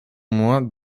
moins